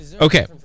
Okay